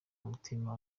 umutima